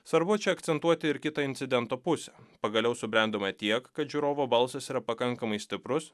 svarbu čia akcentuoti ir kitą incidento pusę pagaliau subrendome tiek kad žiūrovo balsas yra pakankamai stiprus